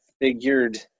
Figured